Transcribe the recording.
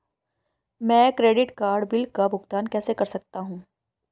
मैं credit card bill का भुगतान कैसे कर सकता हूं?